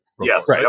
Yes